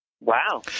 Wow